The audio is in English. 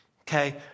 Okay